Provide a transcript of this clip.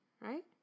right